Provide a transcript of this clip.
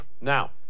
Now